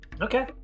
Okay